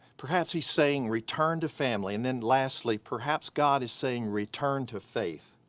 perhaps he's saying return to family, and then lastly, perhaps god is saying return to faith.